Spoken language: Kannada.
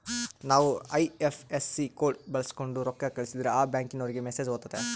ನಾವು ಐ.ಎಫ್.ಎಸ್.ಸಿ ಕೋಡ್ ಬಳಕ್ಸೋಂಡು ರೊಕ್ಕ ಕಳಸಿದ್ರೆ ಆ ಬ್ಯಾಂಕಿನೋರಿಗೆ ಮೆಸೇಜ್ ಹೊತತೆ